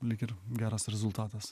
lyg ir geras rezultatas